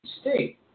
state